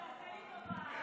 תמתין, נברר את זה, יואב.